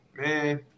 Man